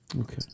Okay